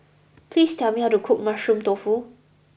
please tell me how to cook Mushroom Tofu